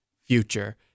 future